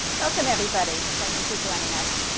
welcome everybody. thank you for joining us.